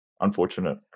unfortunate